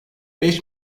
beş